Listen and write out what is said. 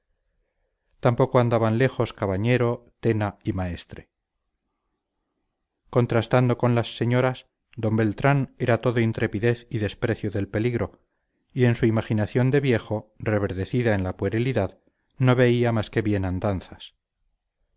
tampoco andaban lejos cabañero tena y maestre contrastando con las señoras don beltrán era todo intrepidez y desprecio del peligro y en su imaginación de viejo reverdecida en la puerilidad no veía más que